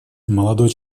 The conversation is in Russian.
молодой